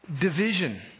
division